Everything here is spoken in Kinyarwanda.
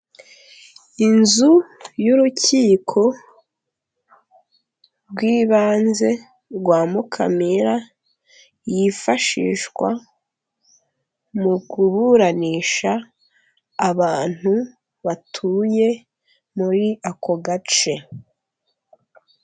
Inzu y'urukiko rw'ibanze rwa Mukamira, yifashishwa mu kuburanisha abantu batuye muri ako gace.